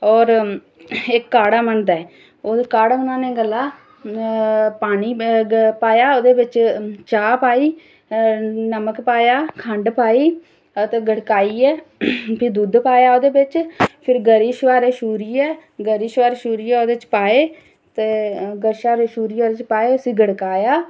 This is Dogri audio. होर इक्क काढ़ा बनदा ऐ ते काढ़ा बनाने गल्ला पानी पाया ओह्दे बिच चाह् पाई नमक पाया खंड पाई ते गड़काइयै भी दुद्ध पाया ओह्दे बिच फिर गरी छुहारे छूरियै गरी छुहारे छूरियै ओह्दे बिच पाए ते गरी छुहारे छुरियै ओह्दे बिच पाए ते उसी गड़काया